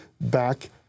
back